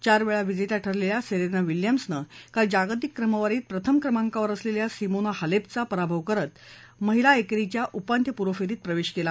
चारवेळा विजेत्या ठरलेल्या सेरेना विलियम्सनक्रील जागतिक क्रमवारीत प्रथम क्रमाक्तीवर असलेल्या सिमोना हालेपचा पराभव करत उपाखिपूर्व फेरीत प्रवेश केला